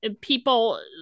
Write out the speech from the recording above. people